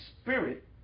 spirit